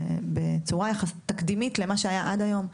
בצורה יחסית תקדימית למה שהיה עד היום.